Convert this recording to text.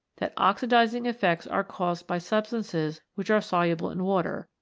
that oxidising effects are caused by substances which are soluble in water,